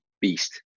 beast